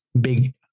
big